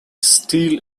still